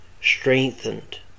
Strengthened